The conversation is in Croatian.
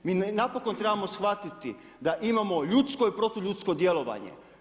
Mi napokon trebamo shvatiti da imamo ljudsko i protu ljudsko djelovanje.